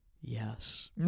yes